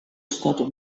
stato